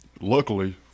luckily